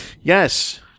Yes